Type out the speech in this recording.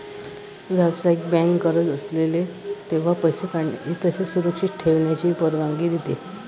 व्यावसायिक बँक गरज असेल तेव्हा पैसे काढण्याची तसेच सुरक्षित ठेवण्याची परवानगी देते